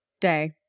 day